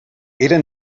eren